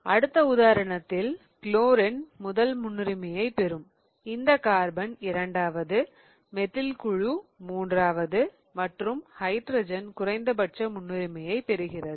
அடுத்த உதாரணத்தில் குளோரின் முதல் முன்னுரிமையை பெறும் இந்த கார்பன் இரண்டாவது மெத்தில் குழு மூன்றாவது மற்றும் ஹைட்ரஜன் குறைந்த பட்ச முன்னுரிமையை பெறுகிறது